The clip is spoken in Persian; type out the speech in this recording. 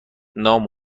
نام